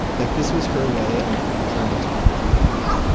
like this was her way of trying to talk through things.